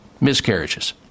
miscarriages